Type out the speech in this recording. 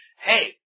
Hey